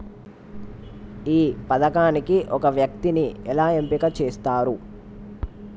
ఈ పథకానికి ఒక వ్యక్తిని ఎలా ఎంపిక చేస్తారు?